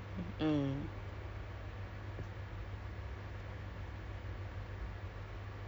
the stress level is there ah I I don't I don't really get much sleep I don't really do much but I I